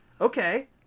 okay